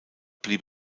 blieb